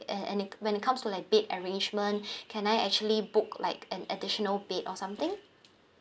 and and it when it comes to like bed arrangement can I actually book like an additional bed or something